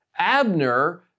Abner